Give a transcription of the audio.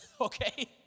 okay